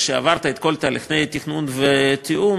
כשעברת את כל תהליכי התכנון והתיאום,